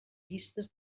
llistes